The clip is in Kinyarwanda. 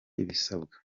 ibisabwa